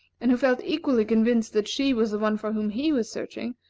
and who felt equally convinced that she was the one for whom he was searching,